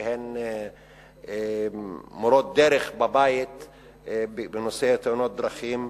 שהן מורות-דרך בבית בנושא תאונות דרכים,